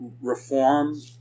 Reform